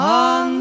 on